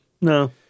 No